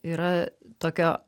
yra tokio